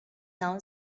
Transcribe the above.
now